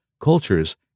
cultures